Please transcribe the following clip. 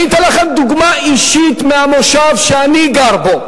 אני אתן לכם דוגמה אישית מהמושב שאני גר בו.